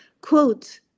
quote